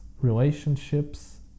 relationships